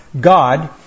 God